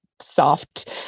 soft